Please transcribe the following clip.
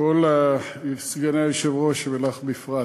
לכל סגני היושב-ראש, ולך בפרט.